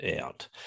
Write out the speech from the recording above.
out